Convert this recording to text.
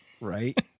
Right